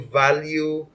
value